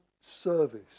service